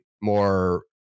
more